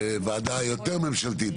ועדה יותר ממשלתית,